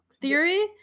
theory